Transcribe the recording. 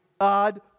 God